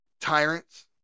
tyrants